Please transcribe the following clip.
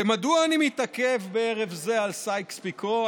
ומדוע אני מתעכב בערב זה על סייקס-פיקו,